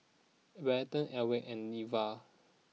Barton Ely and Neva